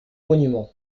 monument